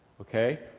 Okay